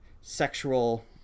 sexual